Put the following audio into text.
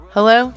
Hello